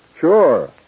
Sure